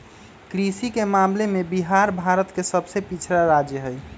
कृषि के मामले में बिहार भारत के सबसे पिछड़ा राज्य हई